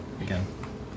again